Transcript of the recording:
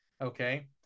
okay